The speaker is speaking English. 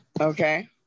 Okay